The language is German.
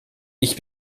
ich